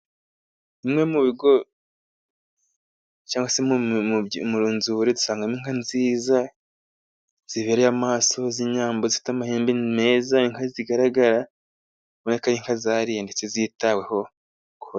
Bimwe mu bigo cyangwa se mu nzuri dusangamo inka nziza zibereye amaso z'inyambo zifite amahembe meza inka zigaragara ubonako ari inka zariye kandi zitaweho.